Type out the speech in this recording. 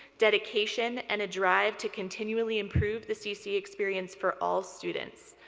dedication, and a drive to continually improve the cc experience for all students.